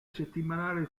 settimanale